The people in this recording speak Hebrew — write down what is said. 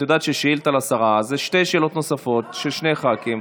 את יודעת ששאילתה לשרה זה שתי שאלות נוספות של שני ח"כים.